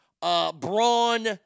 Braun